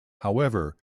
however